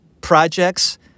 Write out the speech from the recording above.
projects